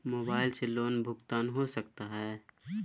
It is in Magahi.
मोबाइल से लोन भुगतान हो सकता है?